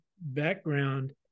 background